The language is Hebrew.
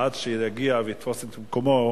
עד שיגיע ויתפוס את מקומו,